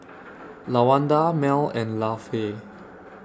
Lawanda Mel and Lafe